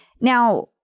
Now